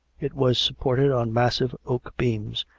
it was supported on massive oak beams,